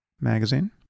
magazine